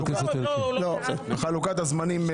חלוקת הזמנים,